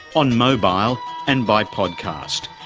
on mobile and by podcast.